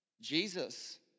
Jesus